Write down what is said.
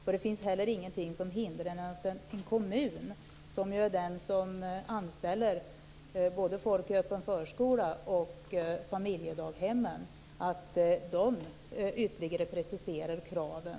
Det finns inte heller något som hindrar att en kommun, som ju anställer folk i den öppna förskolan och familjedaghemmen och är arbetsgivare, ytterligare preciserar kraven.